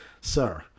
sir